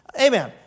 Amen